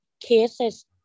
cases